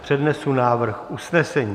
Přednesu návrh usnesení: